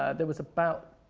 ah there was about